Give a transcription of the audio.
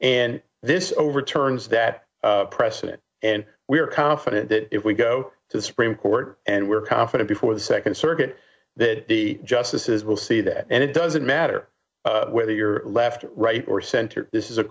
and this overturns that precedent and we are confident that if we go to the supreme court and we're confident before the second circuit that the justices will see that and it doesn't matter whether you're left right or center this is a